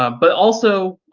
um but also,